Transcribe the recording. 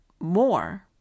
more